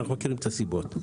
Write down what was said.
אנחנו מכירים את הסיבות.